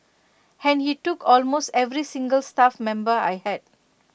and he took almost every single staff member I had